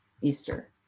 Easter